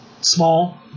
small